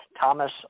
Thomas